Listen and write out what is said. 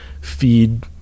feed